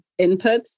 inputs